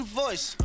voice